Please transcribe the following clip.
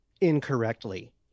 incorrectly